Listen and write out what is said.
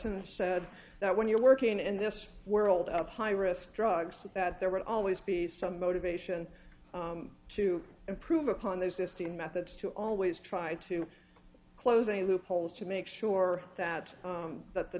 and said that when you're working in this world of high risk drugs that there would always be some motivation to improve upon their system methods to always try to closing loopholes to make sure that that the